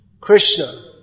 Krishna